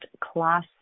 class